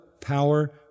power